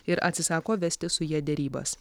ir atsisako vesti su ja derybas